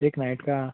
एक नाइट का